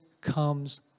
comes